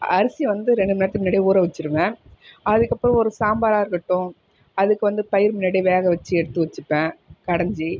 அரிசி வந்து ரெண்டு மணி நேரத்துக்கு முன்னாடியே ஊற வச்சுருவேன் அதுக்கு அப்புறம் ஒரு சாம்பாராக இருக்கட்டும் அதுக்கு வந்து பயிர் முன்னடியே வேக வச்சு எடுத்து வச்சுப்பேன் கடஞ்சு